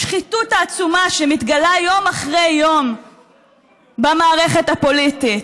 השחיתות העצומה שמתגלה יום אחרי יום במערכת הפוליטית.